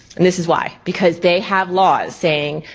and this is why. because they have laws saying,